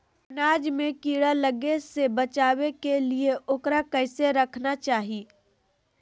अनाज में कीड़ा लगे से बचावे के लिए, उकरा कैसे रखना चाही?